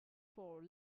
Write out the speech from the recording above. for